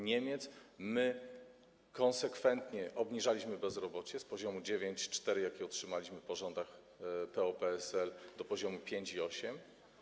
Niemiec, my konsekwentnie obniżaliśmy bezrobocie, z poziomu 9,4, jaki otrzymaliśmy po rządach PO-PSL, do poziomu 5,8.